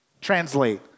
Translate